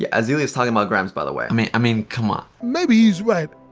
yeah azealia's talking about grimes, by the way. i mean, i mean, come on. maybe he's right.